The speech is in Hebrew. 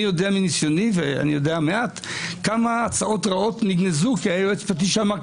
אני יודע מניסיוני כמה הצעות רעות נגנזו כי היועץ המשפטי אמר,